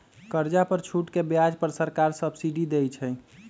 कर्जा पर छूट के ब्याज पर सरकार सब्सिडी देँइ छइ